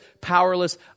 powerless